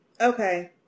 Okay